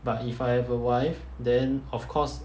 but if I have a wife then of course